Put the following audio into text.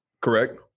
correct